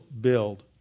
build